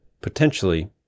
potentially